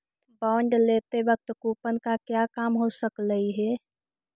bond लेते वक्त coupon का क्या काम हो सकलई हे